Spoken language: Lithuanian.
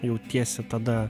jautiesi tada